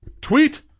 tweet